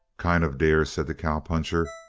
kind of dear, said the cowpuncher,